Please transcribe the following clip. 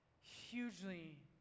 Hugely